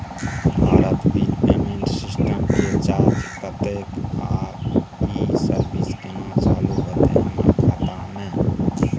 Bharat bill payment system के charge कत्ते इ आ इ सर्विस केना चालू होतै हमर खाता म?